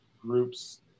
groups